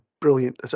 brilliant